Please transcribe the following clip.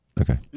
Okay